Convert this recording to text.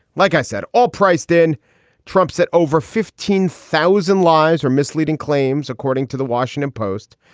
like i said, all priced in trumps at over fifteen thousand lives are misleading claims, according to the washington post.